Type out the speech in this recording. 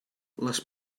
les